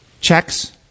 checks